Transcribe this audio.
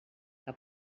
que